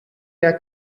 der